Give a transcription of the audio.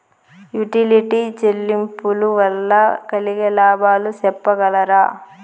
Utility చెల్లింపులు వల్ల కలిగే లాభాలు సెప్పగలరా?